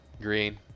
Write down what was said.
Green